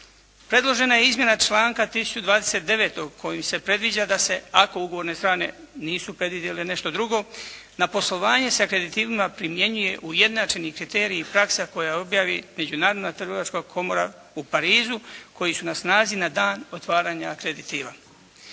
Predložena izmjena članka 1029. kojim se predviđa da se ako ugovorne strane nisu predvidjele nešto drugo, na poslovanje sa akreditivima primjenjuje ujednačeni kriterij i praksa koja objavi Međunarodna trgovačka komora u Parizu koji su na snazi na dan otvaranja akreditiva.